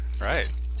right